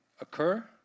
occur